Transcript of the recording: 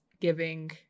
giving